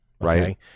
Right